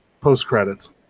Post-credits